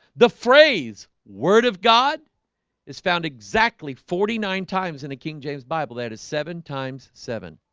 the phrase word of god is found exactly forty nine times in the king james bible that is seven times seven